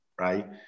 right